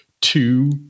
two